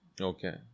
okay